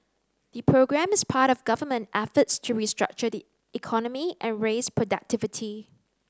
the programme is part of government efforts to restructure the economy and raise productivity